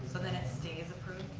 and then it stays approved.